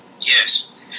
Yes